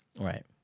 right